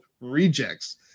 rejects